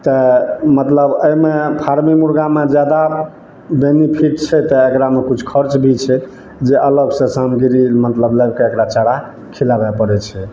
तऽ मतलब एहिमे फार्मी मुर्गामे जादा बेनिफिट छै तऽ एकरामे किछु खर्च भी छै जे अलगसँ सामग्री मतलब लाबि कऽ एकरा चारा खिलाबै पड़ैत छै